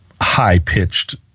high-pitched